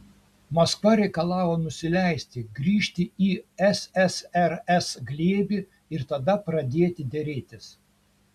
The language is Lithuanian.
maskva reikalavo nusileisti grįžti į ssrs glėbį ir tada pradėti derėtis